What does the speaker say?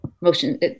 Motion